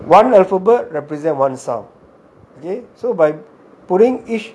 one alphabet represent one sound okay so by putting each